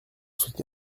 soutenir